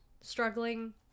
struggling